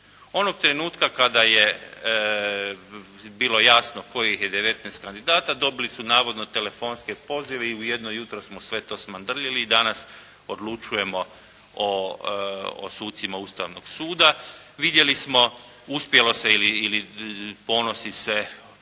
Onog trenutka kada je bilo jasno kojih 19 kandidata, dobili su navodno telefonske pozive i u jedno jutro smo sve to smandrljali i danas odlučujemo o sucima Ustavnog suda. Vidjeli smo, uspjelo se ili ponosi se